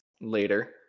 later